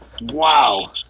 Wow